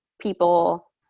people